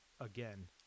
again